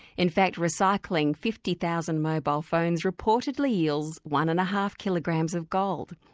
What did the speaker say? in fact recycling fifty thousand mobile phones reportedly yields one-and-a-half kilograms of gold.